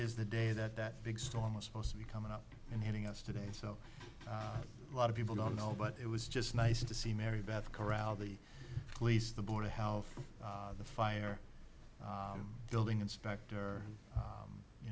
is the day that that big storm was supposed to be coming up and hitting us today so a lot of people don't know but it was just nice to see mary beth corral the police the boarding house the fire building inspector